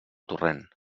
torrent